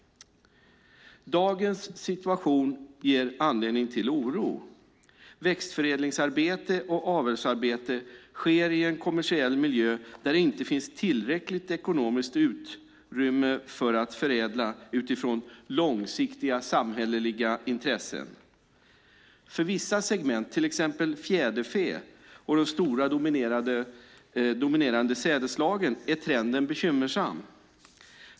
Dagens situation ger anledning till oro. Växtförädlingsarbete och avelsarbete sker i en kommersiell miljö där det inte finns tillräckligt ekonomiskt utrymme för att förädla utifrån långsiktiga samhälleliga intressen. För vissa segment, till exempel fjäderfä och de stora dominerande sädesslagen, är trenden bekymmersam.